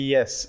Yes